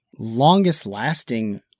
Longest-lasting